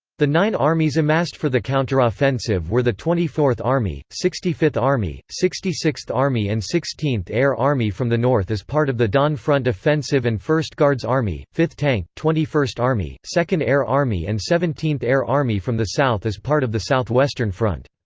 the nine armies amassed for the counteroffensive were the twenty fourth army, sixty fifth army, sixty sixth army and sixteenth air army from the north as part of the don front offensive and first guards army, fifth tank, twenty first army, second air army and seventeenth air army from the south as part of the southwestern front.